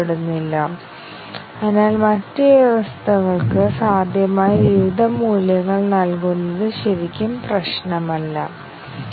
ഞങ്ങൾ അത് എങ്ങനെ ചെയ്യും സാങ്കേതികവിദ്യകളിലൊന്നായ അറേയിലെ ഘടകങ്ങൾക്ക് തുല്യമായ നിരവധി പ്രസ്താവനകളുള്ള ഒരു ശ്രേണി നമുക്ക് സജ്ജമാക്കാൻ കഴിയും